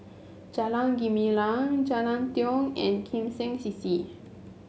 Jalan Gumilang Jalan Tiong and Kim Seng C C